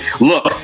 look